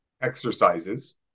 exercises